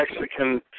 Mexican